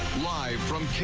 live from